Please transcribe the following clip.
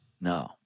No